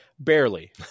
Barely